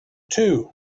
two